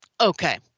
okay